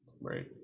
right